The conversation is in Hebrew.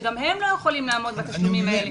שגם הם לא יכולים לעמוד בתשלומים האלה.